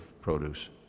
produce